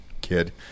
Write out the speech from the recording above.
kid